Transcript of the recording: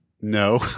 no